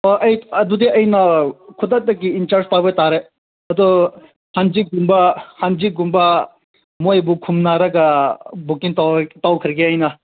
ꯑꯣ ꯑꯩ ꯑꯗꯨꯗꯤ ꯑꯩꯅ ꯈꯨꯗꯛꯇꯒꯤ ꯏꯟꯆꯥꯔꯖ ꯇꯧꯕ ꯇꯥꯔꯦ ꯑꯗꯣ ꯍꯥꯡꯆꯤꯠ ꯀꯨꯝꯕ ꯍꯥꯡꯆꯤꯠ ꯀꯨꯝꯕ ꯃꯣꯏꯕꯨ ꯈꯨꯝꯅꯔꯒ ꯕꯨꯛꯀꯤꯡ ꯇꯧꯈ꯭ꯔꯒꯦ ꯑꯩꯅ